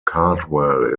cardwell